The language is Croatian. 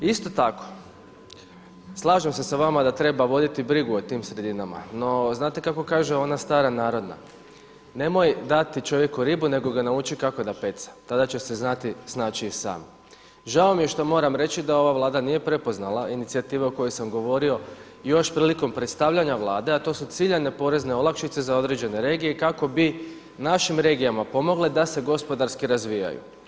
Isto tako slažem se sa vama da treba voditi brigu o tim sredinama, no znate kako kaže ona stara narodna „Nemoj dati čovjeku ribu nego ga nauči kako da peca tada će se znati snaći i sam.“ Žao mi je što moram reći da ova Vlada nije prepoznala inicijative o kojoj sam govorio i još prilikom predstavljanja Vlade a to su ciljane porezne olakšice za određen regije i kako bi našim regijama pomogle da se gospodarski razvijaju.